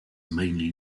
mainly